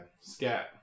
Scat